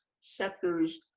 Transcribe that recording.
sectors